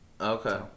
Okay